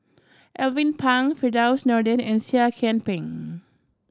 Alvin Pang Firdaus Nordin and Seah Kian Peng